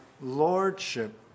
lordship